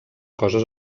coses